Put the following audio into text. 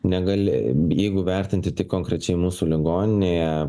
negaliu jeigu vertinti tik konkrečiai mūsų ligoninėje